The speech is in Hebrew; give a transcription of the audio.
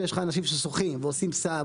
כשיש לך אנשים ששוחים ועושים סאפ,